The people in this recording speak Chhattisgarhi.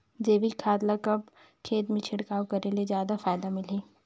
जैविक खाद ल कब खेत मे छिड़काव करे ले जादा फायदा मिलही?